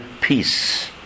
peace